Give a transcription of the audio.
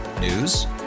News